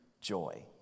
joy